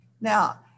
Now